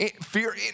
fear